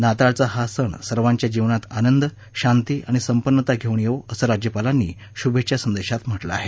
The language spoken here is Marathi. नाताळचा हा सण सर्वांच्या जीवनात आनंद शांती आणि संपन्नता घेवून येवो असं राज्यपालांनी शुभेच्छा संदेशात म्हटलं आहे